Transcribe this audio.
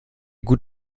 gut